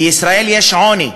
בישראל יש עוני.